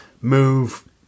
move